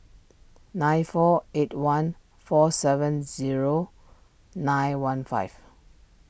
nine four eight one four seven zero nine one five